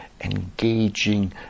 engaging